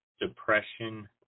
Depression